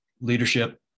leadership